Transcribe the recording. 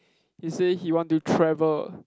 he say he want to travel